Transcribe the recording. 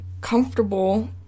comfortable